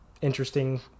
interesting